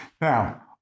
Now